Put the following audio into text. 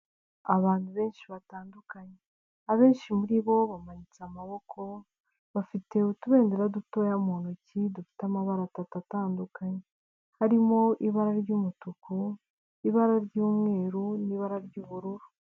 Abantu benshi batandukanye abenshi muri bo bamanitse amaboko bafite utubendera, dutoya mu ntoki dufite amabara atatu atandukanye, harimo ibara ry'umutuku, ibara ry'umweru n'ibara ry'ubururu.